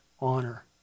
honor